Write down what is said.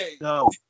no